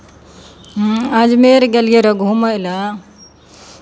अजमेर गेलियै रहए घूमय लेल